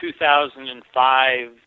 2005